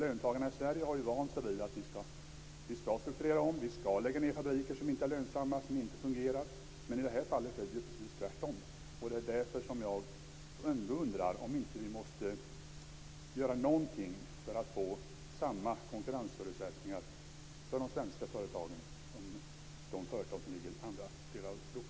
Löntagarna i Sverige har ju vant sig vid att vi skall strukturera om och att vi skall lägga ned fabriker som inte är lönsamma och inte fungerar, men i det här fallet är det ju precis tvärtom, och det är därför som jag ändå undrar om vi inte måste göra någonting för att få samma konkurrensförutsättningar för de svenska företagen som för de företag som ligger i andra delar av Europa.